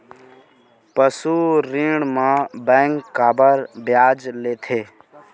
पशु ऋण म बैंक काबर ब्याज लेथे?